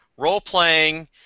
Role-playing